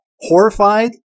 horrified